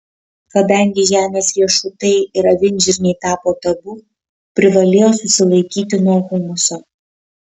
kadangi žemės riešutai ir avinžirniai tapo tabu privalėjo susilaikyti nuo humuso